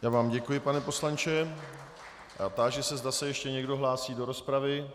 Já vám děkuji, pane poslanče, a táži se, zda se ještě někdo hlásí do rozpravy.